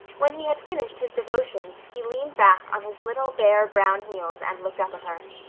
when he had finished his devotions he leaned back on his little, bare, brown heels and looked up at her.